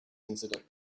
incident